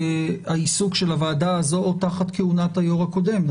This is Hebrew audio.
העיסוק של הוועדה הזו או תחת כהונת היושב ראש הקודם.